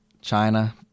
China